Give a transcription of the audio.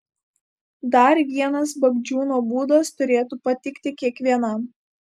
dar vienas bagdžiūno būdas turėtų patikti kiekvienam